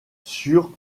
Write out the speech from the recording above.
sur